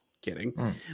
kidding